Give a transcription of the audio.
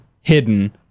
hidden